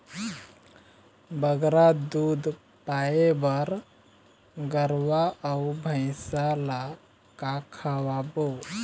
बगरा दूध पाए बर गरवा अऊ भैंसा ला का खवाबो?